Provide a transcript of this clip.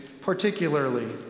particularly